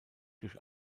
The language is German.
durch